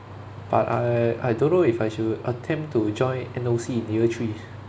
but I I don't know if I should attempt to join N_O_C in year three